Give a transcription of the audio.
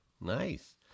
Nice